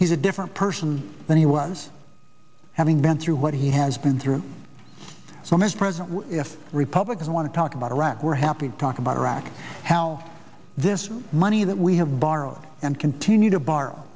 he's a different person than he was having been through what he has been through so much president if republicans want to talk about iraq we're happy to talk about iraq how this money that we have borrowed and continue to borrow